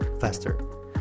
faster